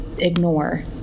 ignore